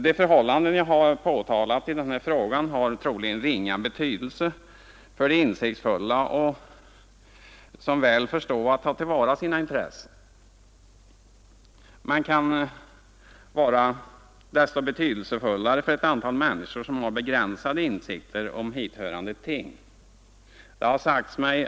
De förhållanden jag har påtalat i denna fråga har troligen ringa betydelse för de insiktsfulla och för dem som väl förstår att ta till vara sina intressen men kan vara desto betydelsefullare för ett antal människor som har begränsade insikter om hithörande ting.